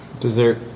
Dessert